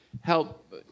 help